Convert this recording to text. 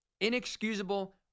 Inexcusable